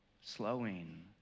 slowing